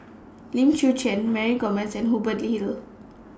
Lim Chwee Chian Mary Gomes Hubert Hill